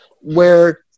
where-